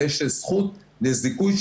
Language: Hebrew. יש זכות לזיכוי,